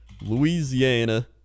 Louisiana